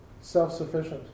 self-sufficient